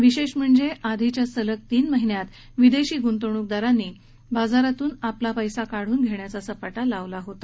विशेष म्हणजे आधीच्या सलग तीन महिन्यात विदेशी ग्रंतवण्कदारांनी बाजारातून आपला पैसा काढून घेण्याचा सपाटा लावला होता